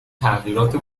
تغییرات